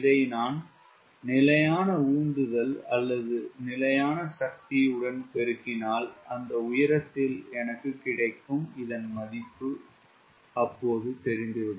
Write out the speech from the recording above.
இதை நான் நிலையான உந்துதல் அல்லது நிலையான சக்தியுடன் பெருக்கினால் அந்த உயரத்தில் எனக்கு கிடைக்கும் இதன் மதிப்பு தெரிந்துவிடும்